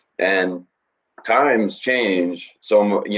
and times change so, y'know,